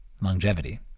longevity